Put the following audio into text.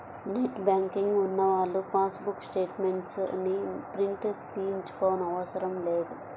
net banking ఉన్నవాళ్ళు passbook statements ని print తీయించుకోనవసరం లేదు